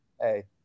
Hey